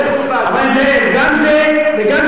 וגם זה.